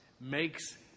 makes